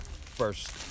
first